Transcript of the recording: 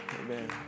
Amen